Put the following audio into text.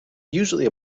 usually